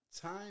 time